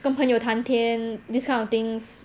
just 跟朋友谈天 this kind of things